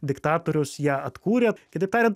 diktatoriaus ją atkūrė kitaip tariant